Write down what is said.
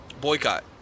boycott